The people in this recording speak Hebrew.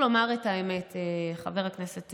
הילד לא צריך לשלם מחיר,